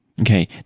Okay